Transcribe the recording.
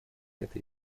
это